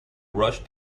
rush